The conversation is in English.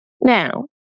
Now